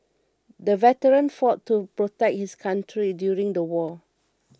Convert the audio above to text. the veteran fought to protect his country during the war